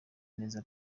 neza